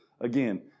Again